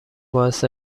باعث